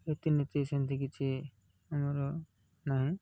ରୀତିନୀତି ସେମିତି କିଛି ଆମର ନାହିଁ